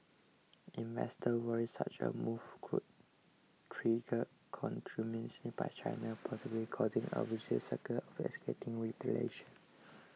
investors worry such a move could trigger countermeasures by China possibly causing a vicious cycle of escalating retaliation